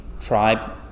tribe